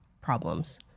problems